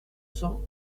cents